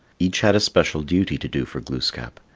each had a special duty to do for glooskap,